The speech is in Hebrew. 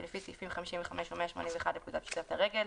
לפי סעיפים 55 או 181 לפקודת פשיטת הרגל,